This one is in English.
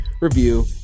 review